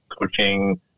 coaching